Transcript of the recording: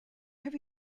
have